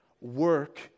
work